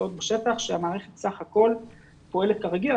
תוצאות בשטח והמערכת בסך הכול פועלת כרגיל.